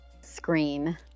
screen